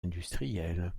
industriel